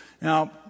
Now